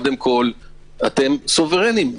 אתם סוברנים,